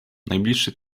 najbliższy